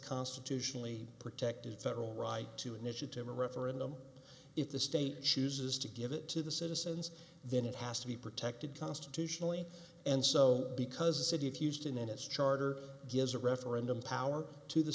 constitutionally protected federal right to initiative a referendum if the state chooses to give it to the citizens then it has to be protected constitutionally and so because a city if used in its charter gives a referendum power to the